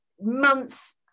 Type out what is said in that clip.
months